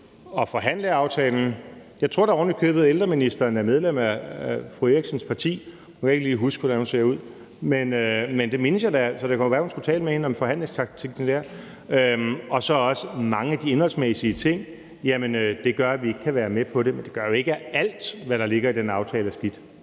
at forhandle aftalen – jeg tror da ovenikøbet, at ældreministeren er medlem af fru Rosa Eriksens parti; nu kan jeg ikke lige huske hvordan hun ser ud, men jeg mindes da, at hun er det, så det kunne da være, at fru Rosa Eriksen skulle tale med hende om forhandlingsteknik – og også mange af de indholdsmæssige ting gør, at vi ikke kan være med på det. Men det betyder jo ikke, at alt, hvad der ligger i den aftale, er skidt.